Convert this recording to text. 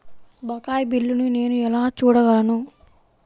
బకాయి బిల్లును నేను ఎలా చూడగలను?